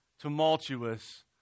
tumultuous